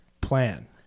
plan